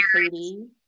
Katie